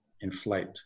inflate